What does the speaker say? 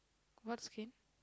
what skin